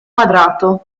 quadrato